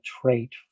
trait